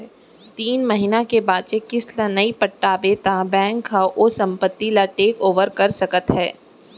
तीन महिना के बांचे किस्त ल नइ पटाबे त बेंक ह ओ संपत्ति ल टेक ओवर कर सकत हे